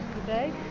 today